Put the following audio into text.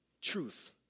truth